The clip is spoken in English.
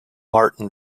martin